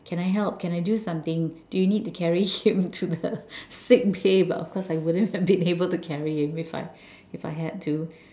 can I help can I do something do you need to carry him to the sick bay but of course I wouldn't have been able to carry him if I if I had to